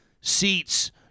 seats